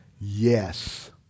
yes